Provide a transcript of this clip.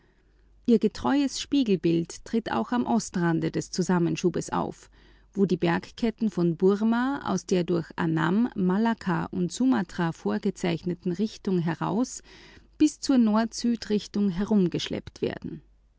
ihr getreues spiegelbild tritt auch am ostrande desselben auf wo die bergketten von burma aus der durch annam malakka und sumatra vorgezeichneten richtung heraus bis zur nordsüdrichtung herumgeschleppt wurden